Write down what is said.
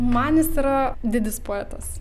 man jis yra didis poetas